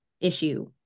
issue